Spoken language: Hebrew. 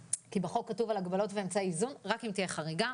בחוק כתוב על הגבלות ואמצעי איזון רק אם תהיה חריגה.